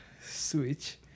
switch